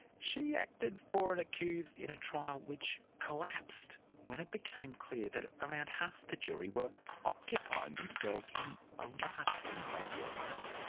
she acted for an accused in a trial which collapsed when it became clear that around half the jury were occupying themselves in a rather inappropriate way.